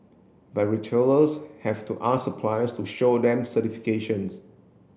but retailers have to ask suppliers to show them certifications